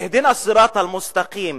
אהדנא א-צראט אל-מוסתקים,